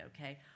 okay